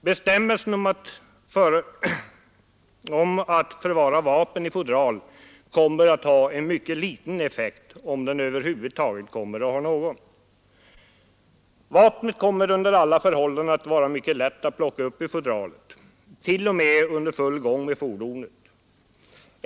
Bestämmelsen om att man skall förvara vapen i fodral kommer att ha ytterst liten effekt, om den över huvud taget får någon effekt. Vapnet kommer under alla förhållanden att vara mycket lätt att plocka upp ur fodralet, t.o.m. när fordonet är i full gång.